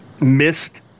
missed